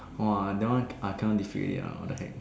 !whoa! that one I cannot defeat already ah what the heck